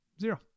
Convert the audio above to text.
Zero